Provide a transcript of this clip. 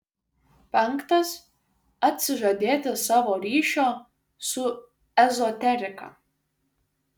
penktas atsižadėti savo ryšio su ezoterika